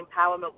Empowerment